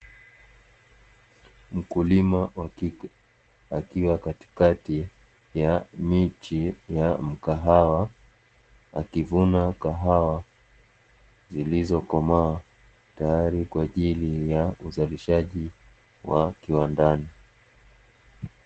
Mkulima wa kike akiwa katikati ya miti ya mkahawa, akivuna kahawa zilizokomaa zilizo tayari kwajili ya uzalishaji wa kiwandani.